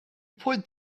point